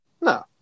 No